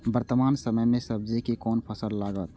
वर्तमान समय में सब्जी के कोन फसल लागत?